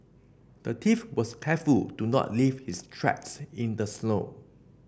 the thief was careful to not leave his tracks in the snow